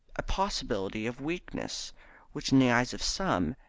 a possibility of weakness which in the eyes of some,